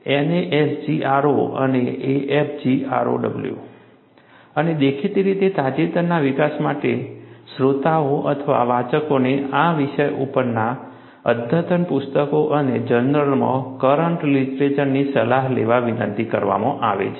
NASGRO અને AFGROW અને દેખીતી રીતે તાજેતરના વિકાસ માટે શ્રોતાઓ અથવા વાચકને આ વિષય ઉપરના અદ્યતન પુસ્તકો અને જર્નલમાં કરંટ લીટરેચરની સલાહ લેવા વિનંતી કરવામાં આવે છે